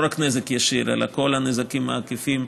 לא רק נזק ישיר אלא כל הנזקים העקיפים